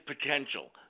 potential